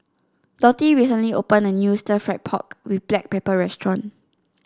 Dottie recently opened a new Stir Fried Pork with Black Pepper restaurant